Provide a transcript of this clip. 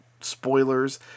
spoilers